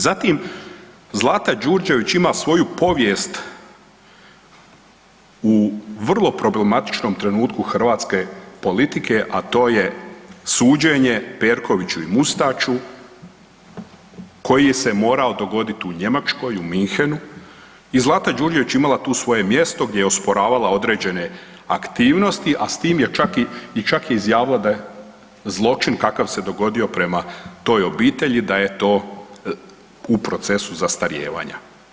Zatim, Zlata Đurđević ima svoju povijest u vrlo problematičnom trenutku hrvatske politike, a to je suđenje Perkoviću i Mustaču koji se morao dogodit u Njemačkoj u Munchenu i Zlata Đurđević je imala tu svoje mjesto gdje je osporavala određene aktivnosti, a s tim je čak, čak je i izjavila da zločin kakav se dogodio prema toj obitelji da je to u procesu zastarijevanja.